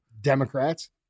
Democrats